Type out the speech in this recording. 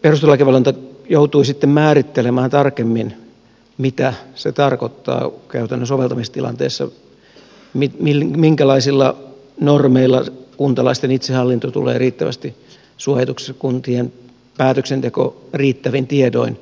perustuslakivaliokunta joutui sitten määrittelemään tarkemmin mitä se tarkoittaa käytännön soveltamistilanteissa minkälaisilla normeilla kuntalaisten itsehallinto tulee riittävästi suojatuksi kuntien päätöksenteko riittävin tiedoin